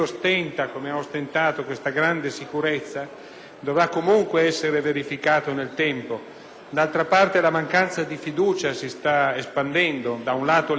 D'altra parte, la mancanza di fiducia si sta espandendo: da un lato le imprese sono costrette a tagliare molti piani di investimento e risentono della stretta,